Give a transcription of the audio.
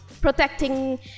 protecting